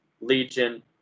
Legion